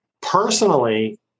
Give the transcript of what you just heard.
Personally